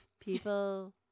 people